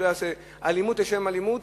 אלימות לשם אלימות,